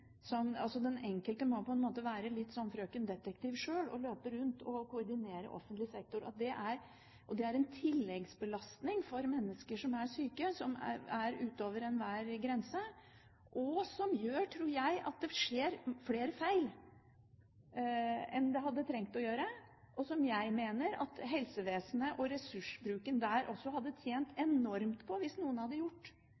den enkelte må på en måte være litt «Frøken Detektiv» sjøl og løpe rundt og koordinere offentlig sektor – er en tilleggsbelastning for mennesker som er syke som er utover enhver grense. Det gjør, tror jeg, at det skjer flere feil enn det hadde trengt å gjøre, og jeg mener at helsevesenet med tanke på ressursbruken der også hadde tjent